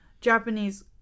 Japanese